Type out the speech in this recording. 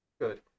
good